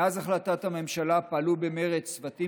מאז החלטת הממשלה פעלו במרץ צוותים